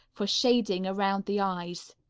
for shading around the eyes.